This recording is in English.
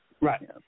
Right